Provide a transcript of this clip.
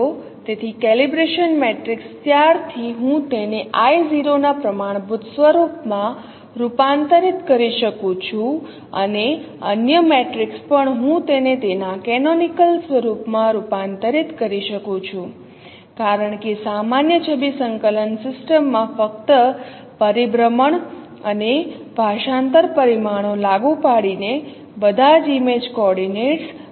તેથી calibration matrix ત્યારથી હું તેને I | 0 ના પ્રમાણભૂત સ્વરૂપ માં રૂપાંતરિત કરી શકું છું અને અન્ય મેટ્રિક્સ પણ હું તેને તેના કેનોનિકલ સ્વરૂપમાં રૂપાંતરિત કરી શકું છું કારણ કે સામાન્ય છબી સંકલન સિસ્ટમમાં ફક્ત પરિભ્રમણ અને ભાષાંતર પરિમાણો લાગુ પાડીને બધા જ ઇમેજ કોઓર્ડિનેટ્સ રજૂ થાય છે